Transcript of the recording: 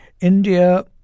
India